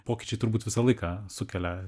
pokyčiai turbūt visą laiką sukelia